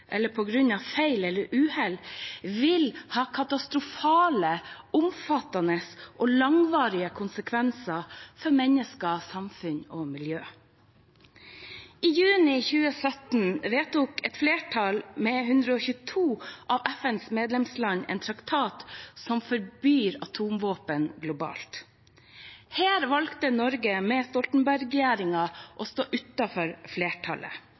eller på grunn av feil eller uhell – vil ha katastrofale, omfattende og langvarige konsekvenser for mennesker, samfunn og miljø. I juli 2017 vedtok et flertall – 122 – av FNs medlemsland en traktat som forbyr atomvåpen globalt. Her valgte Norge, med Solberg-regjeringen, å stå utenfor flertallet.